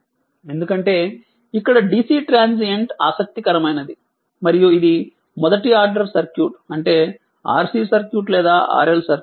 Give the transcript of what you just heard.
ఎందుకంటే ఇక్కడ DC transient ఆసక్తికరమైనది మరియు ఇది మొదటి ఆర్డర్ సర్క్యూట్ అంటే RC సర్క్యూట్ లేదా RL సర్క్యూట్